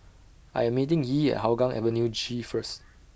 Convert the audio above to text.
I Am meeting Yee At Hougang Avenue G First